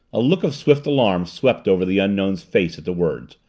a look of swift alarm swept over the unknown's face at the words,